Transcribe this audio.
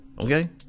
okay